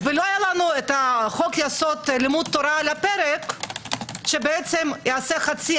ולא היה לנו חוק יסוד לימוד תורה על הפרק שיעשה חצי